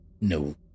no